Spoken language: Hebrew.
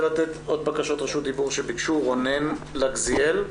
רונן לגזיאל,